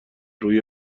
روی